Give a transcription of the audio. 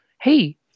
hey